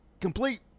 complete